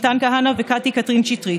מתן כהנא וקטי קטרין שטרית.